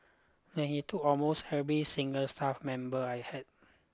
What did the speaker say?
and he took almost every single staff member I had